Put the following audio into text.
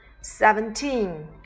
seventeen